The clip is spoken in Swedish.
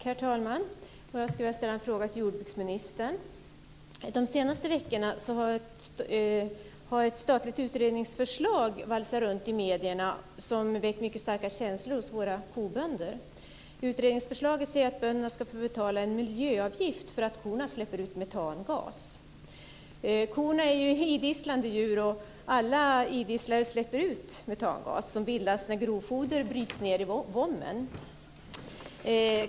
Herr talman! Jag ska ställa en fråga till jordbruksministern. De senaste veckorna har ett statligt utredningsförslag valsat runt i medierna som har väckt mycket starka känslor hos våra kobönder. Utredningsförslaget säger att bönderna ska få betala en miljöavgift för att korna släpper ut metangas. Korna är ju idisslande djur och alla idisslare släpper ut metangas som bildas när grovfoder bryts ned i våmmen.